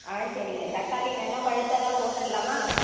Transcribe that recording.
ஆ சரிங்க தக்காளி நல்லா பழுத்ததாக போட்டுடலாமா